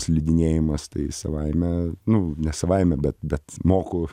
slidinėjimas tai savaime nu ne savaime bet bet moku